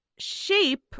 shape